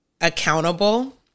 accountable